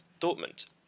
Dortmund